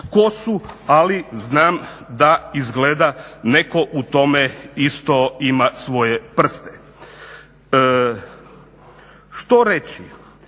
ali znam da izgleda netko u tome isto ima svoje prste. Što reći?